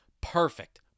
perfect